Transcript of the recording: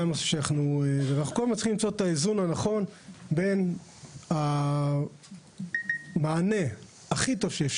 אנחנו צריכים למצוא את האיזון הנכון בין המענה הכי טוב,